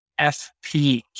FP